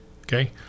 Okay